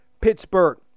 Pittsburgh